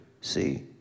see